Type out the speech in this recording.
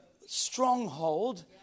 stronghold